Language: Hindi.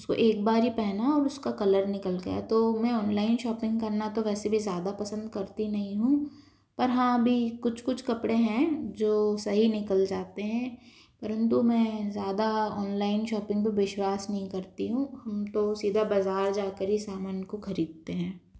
उसको एक बार ही पहना उसका कलर निकल गया तो मैं ऑनलाइन शॉपिंग करना तो वैसे भी ज़्यादा पसंद करती नहीं हूँ पर हाँ अभी कुछ कुछ कपड़े हैं जो सही निकल जाते हैं परंतु मैं ज़्यादा ऑनलाइन शॉपिंग पे विश्वास नहीं करती हूँ तो सीधा बाजार जाकर सामान को खरीदने हैं